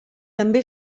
també